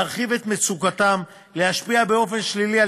להרחיב את מצוקתם ולהשפיע באופן שלילי על